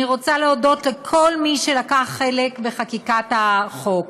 אני רוצה להודות לכל מי שלקח חלק בחקיקת החוק.